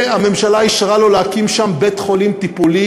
והממשלה אישרה לו להקים שם בית-חולים טיפולי